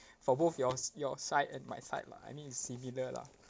for both yours your side and my side lah I mean it similar lah